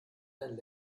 deinen